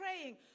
praying